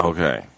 Okay